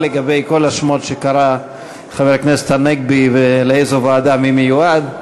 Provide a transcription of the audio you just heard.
לגבי כל השמות שקרא חבר הכנסת הנגבי ולאיזה ועדה מי מיועד.